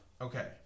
Okay